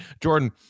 Jordan